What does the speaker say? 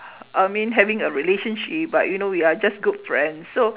I mean having a relationship but you know we are just good friends so